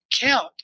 count